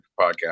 podcast